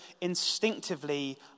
instinctively